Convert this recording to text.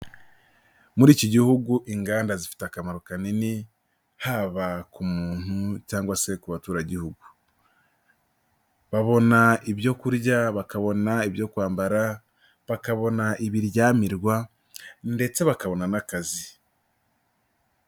Muri iki gihugu inganda zifite akamaro kanini haba ku muntu cyangwa se ku batura gihugu, babona ibyo kurya, bakabona ibyo kwambara, bakabona ibiryamirwa ndetse bakabona n'akazi.